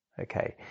Okay